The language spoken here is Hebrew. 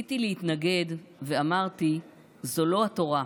"ניסיתי להתנגד ואמרתי: זו לא התורה.